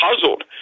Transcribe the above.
puzzled